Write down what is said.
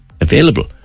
available